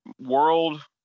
world